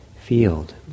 field